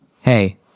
hey